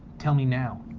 tell me now.